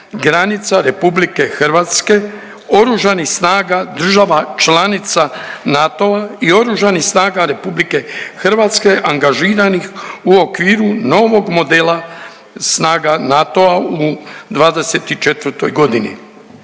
granica RH oružanih snaga država članica NATO-a i Oružanih snaga RH angažiranih u okviru novog modela snaga NATO-a u'24.g..